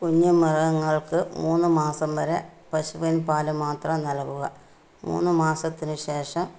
കുഞ്ഞുമൃഗങ്ങള്ക്ക് മൂന്ന് മാസം വരെ പശുവിന് പാൽ മാത്രം നല്കുക മൂന്ന് മാസത്തിനു ശേഷം